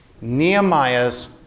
Nehemiah's